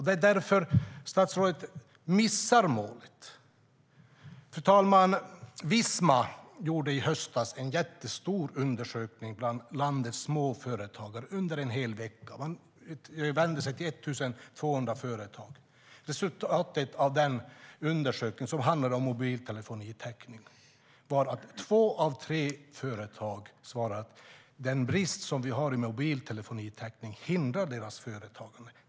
Det är därför statsrådet missar målet. Fru talman! Visma gjorde i höstas en jättestor undersökning bland landets småföretagare under en hel vecka. Man vände sig till 1 200 företag. Resultatet av den undersökningen, som handlade om mobiltelefonitäckning, var att två av tre företag svarade att den brist som vi har på mobiltelefonitäckning hindrar deras företagande.